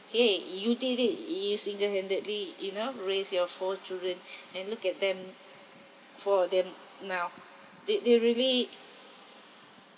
!hey! you did it you single-handedly you know raised your four children and look at them four of them now they they really